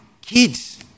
kids